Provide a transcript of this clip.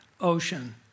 ocean